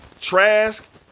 Trask